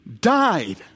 died